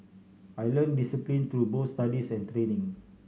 I learnt discipline through both studies and training